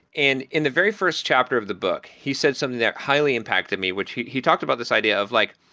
and in the very first chapter of the book he says something that highly impacted me which he talked about this idea of like,